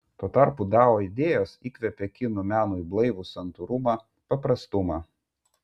tuo tarpu dao idėjos įkvepia kinų menui blaivų santūrumą paprastumą